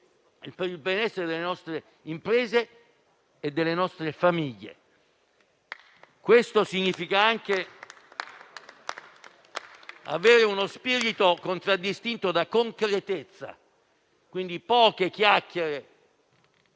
il benessere delle nostre imprese e delle nostre famiglie. Questo significa anche avere uno spirito contraddistinto da concretezza, quindi poche chiacchiere,